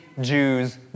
Jews